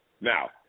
Now